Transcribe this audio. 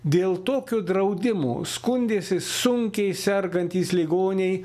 dėl tokių draudimų skundėsi sunkiai sergantys ligoniai